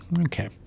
okay